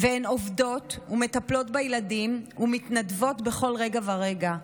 והן עובדות ומטפלות בילדים ומתנדבות בכל רגע ורגע,